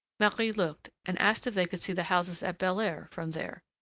marie looked, and asked if they could see the houses at belair from there.